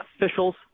officials